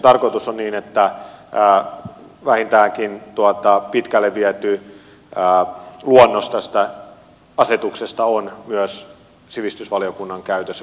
tarkoitus on niin että vähintäänkin pitkälle viety luonnos tästä asetuksesta on myös sivistysvaliokunnan käytössä kun se lähtee tätä käsittelemään